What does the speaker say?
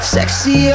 Sexy